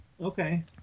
Okay